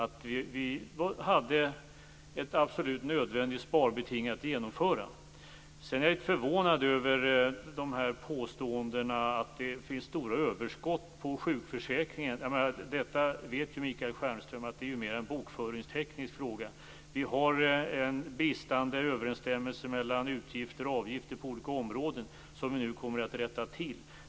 Vi hade ett absolut nödvändigt sparbeting att genomföra. Sedan är jag litet förvånad över de här påståendena om att det finns stora överskott i sjukförsäkringarna. Michael Stjernström vet ju att det där mer är en bokföringsteknisk fråga. Vi har en bristande överenstämmelse mellan utgifter och avgifter på olika områden som vi nu kommer att rätta till.